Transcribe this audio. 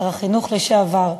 שר החינוך לשעבר,